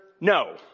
no